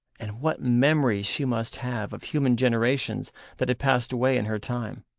and what memories she must have of human generations that had passed away in her time.